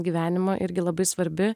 gyvenimo irgi labai svarbi